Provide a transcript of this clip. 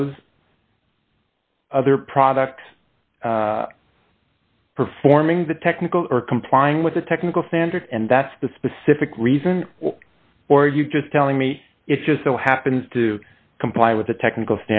those other products performing the technical or complying with the technical standards and that's the specific reason or you just telling me it just so happens to comply with the technical